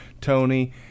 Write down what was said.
tony